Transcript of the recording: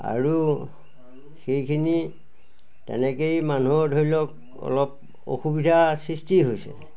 আৰু সেইখিনি তেনেকৈয়ে মানুহৰ ধৰি লওক অলপ অসুবিধাৰ সৃষ্টি হৈছে